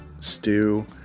stew